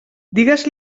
digues